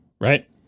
right